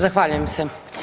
Zahvaljujem se.